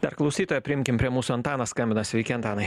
dar klausitoją priimkim prie mūsų antanas skambina sveiki antanai